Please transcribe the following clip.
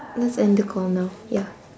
let's end the call now ya